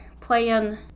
playing